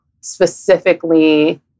specifically